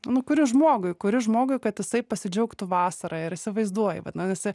nu kuri žmogui kuri žmogui kad jisai pasidžiaugtų vasara ir įsivaizduoji vadinasi